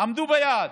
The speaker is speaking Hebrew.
עמדו ביעד.